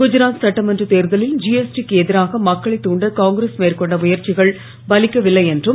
குஜராத் சட்டமன்றத் தேர்தலில் ஜிஎஸ்டி க்கு எதிராக மக்களைத் தூண்ட காங்கிரஸ் மேற்கொண்ட முயற்சிகள் பலிக்கவில்லை என்றும்